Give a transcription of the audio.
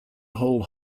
whole